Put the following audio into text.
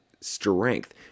strength